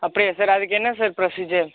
அப்படியா சார் அதுக்கென்ன sir procedure